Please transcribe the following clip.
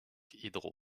hydro